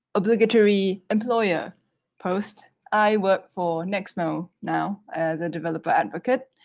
obligatory employer post. i work for nexmo now as a developer advocate.